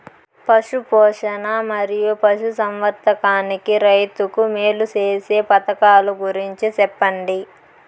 పశు పోషణ మరియు పశు సంవర్థకానికి రైతుకు మేలు సేసే పథకాలు గురించి చెప్పండి?